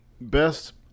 best